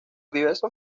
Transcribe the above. diversos